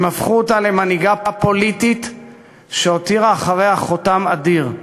הם הפכו אותה למנהיגה פוליטית שהותירה אחריה חותם אדיר.